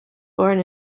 born